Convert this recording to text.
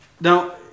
Now